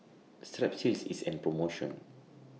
Strepsils IS An promotion